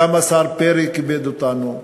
גם השר פרי כיבד אותנו,